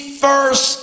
first